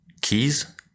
keys